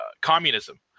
communism